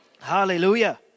Hallelujah